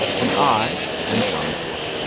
and i am john mcgraw